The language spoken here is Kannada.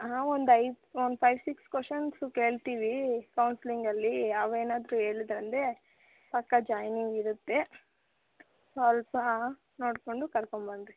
ನಾವೊಂದು ಐದು ಒಂದು ಫೈವ್ ಸಿಕ್ಸ್ ಕೊಶನ್ಸು ಕೇಳ್ತೀವಿ ಕೌನ್ಸ್ಲಿಂಗಲ್ಲಿ ಅವು ಏನಾದರೂ ಹೇಳಿದ್ರಂದ್ರೆ ಪಕ್ಕಾ ಜಾಯ್ನಿಂಗ್ ಇರುತ್ತೆ ಸ್ವಲ್ಪ ನೋಡಿಕೊಂಡು ಕರ್ಕೊಂಡ್ ಬನ್ನಿರಿ